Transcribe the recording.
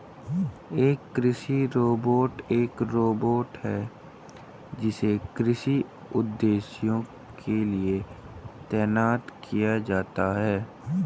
एक कृषि रोबोट एक रोबोट है जिसे कृषि उद्देश्यों के लिए तैनात किया जाता है